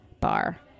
bar